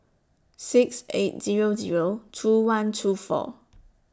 six eight Zero Zero two one two four